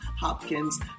Hopkins